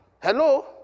Hello